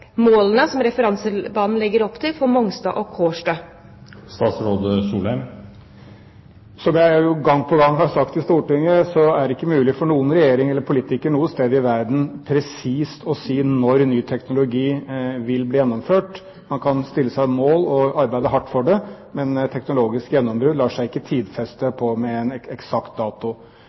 målene som referansebanen legger opp til for Mongstad og Kårstø? Som jeg gang på gang har sagt i Stortinget, er det ikke mulig for noen regjering eller politiker noe sted i verden presist å si når ny teknologi vil bli gjennomført. Man kan sette seg mål og arbeide hardt for det, men teknologiske gjennombrudd lar seg ikke tidfeste med en eksakt dato.